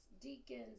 deacons